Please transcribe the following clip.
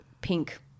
pink